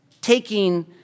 taking